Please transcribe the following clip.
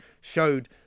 showed